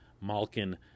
malkin